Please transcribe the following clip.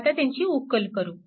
आता त्यांची उकल करु